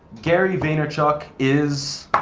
gary vanyerchuk is.